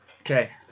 Okay